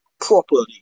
properly